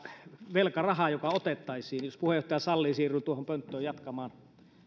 velkaraha joka otettaisiin jos puheenjohtaja sallii siirryn tuohon pönttöön jatkamaan